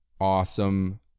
awesome